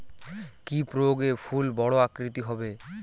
কি প্রয়োগে ফুল বড় আকৃতি হবে?